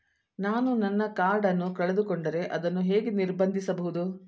ನಾನು ನನ್ನ ಕಾರ್ಡ್ ಅನ್ನು ಕಳೆದುಕೊಂಡರೆ ಅದನ್ನು ಹೇಗೆ ನಿರ್ಬಂಧಿಸಬಹುದು?